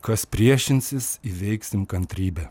kas priešinsis įveiksim kantrybe